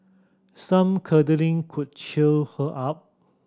some cuddling could cheer her up